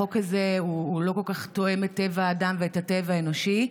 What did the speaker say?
החוק הזה לא כל כך תואם את טבע האדם ואת הטבע האנושי.